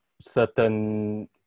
certain